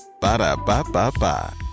Ba-da-ba-ba-ba